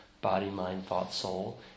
body-mind-thought-soul